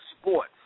sports